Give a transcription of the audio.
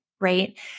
Right